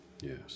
Yes